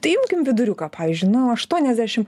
tai imkim viduriuką pavyzdžiui nu aštuoniasdešim